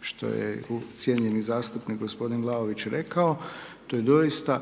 što je cijenjeni zastupnik g. Vlaović rekao, to je doista